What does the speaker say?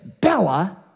Bella